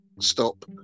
stop